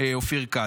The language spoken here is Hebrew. אופיר כץ.